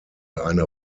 eine